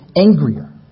angrier